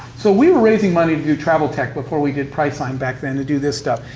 so we were raising money to do travel tech before we did priceline back then to do this stuff.